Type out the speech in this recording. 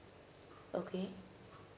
okay